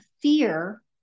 fear